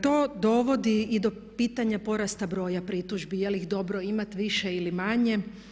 To dovodi i do pitanja porasta broja pritužbi, jel' ih dobro imati više ili manje.